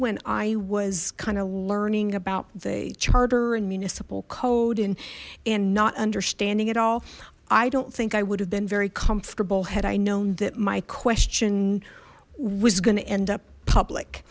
when i was kind of learning about the charter and municipal code and in not understanding at all i don't think i would have been very comfortable had i known that my question was going to end up public